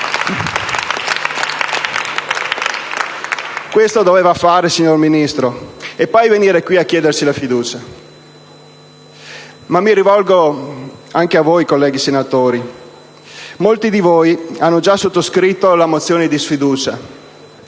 Questo doveva fare, signor Ministro, e poi venir qui a chiederci la fiducia. Mi rivolgo anche a voi, colleghi senatori. Molti di voi hanno già sottoscritto la mozione di sfiducia,